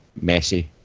Messi